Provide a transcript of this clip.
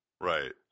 Right